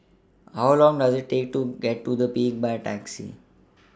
How Long Does IT Take to get to The Peak By Taxi